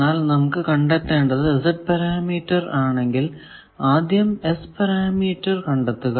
എന്നാൽ നമുക്ക് കണ്ടെത്തേണ്ടത് Z പാരാമീറ്റർ ആണെങ്കിൽ ആദ്യം S പാരാമീറ്റർ കണ്ടെത്തുക